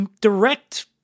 direct